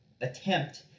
attempt